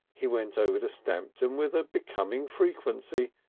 he went over to stamton with a becoming frequency,